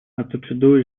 пострадали